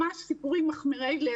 ממש סיפורים מכמירי לב,